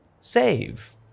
save